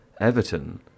Everton